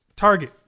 target